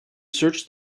search